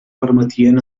permetien